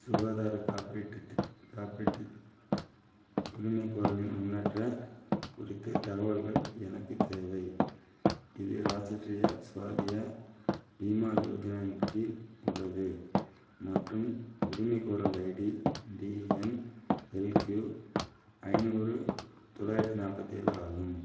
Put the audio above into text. சுகாதார காப்பீட்டு திட் காப்பீட்டு உரிமைக்கோரலின் முன்னேற்றம் குறித்து தகவல்கள் எனக்கு தேவை இது ராஷ்டிரிய ஸ்வாதிய பீமா யோஜனாவின் கீழ் உள்ளது மற்றும் உரிமைகோரல் ID T N L Q ஐந்நூறு தொள்ளாயிரத்தி நாற்பத்தி ஏழு ஆகும்